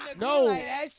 no